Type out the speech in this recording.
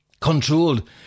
Controlled